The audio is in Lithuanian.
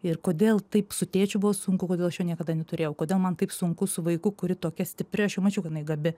ir kodėl taip su tėčiu buvo sunku kodėl aš jo niekada neturėjau kodėl man taip sunku su vaiku kuri tokia stipri aš jau mačiau kad jinai gabi